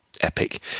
Epic